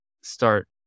start